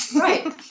right